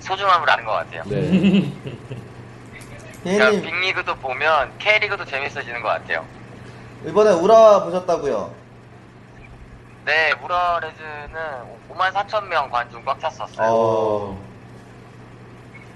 소중함을 아는 것 같아요. 네. 그러니까 K리그. 빅리그도 보면 K리그도 재밌어지는 것 같아요. 이번에 우라와 보셨다고요? 네, 우라와 레즈는 5만 4천 명 관중 꽉 찼었어요. 오.